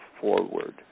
forward